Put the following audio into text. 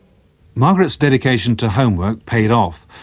margaret's dedication to homework paid off.